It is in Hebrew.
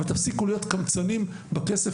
תפסיקו להיות קמצנים בכסף,